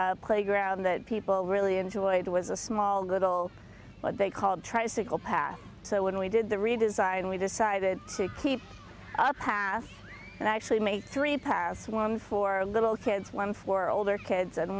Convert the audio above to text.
old playground that people really enjoyed was a small little what they called tries to go past so when we did the redesign we decided to keep up past and i actually made three parts one for little kids one for older kids and